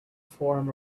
form